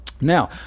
Now